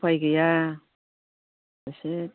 उफाय गैया एसे